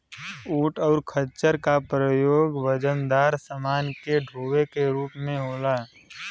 ऊंट और खच्चर का प्रयोग वजनदार समान के डोवे के रूप में होला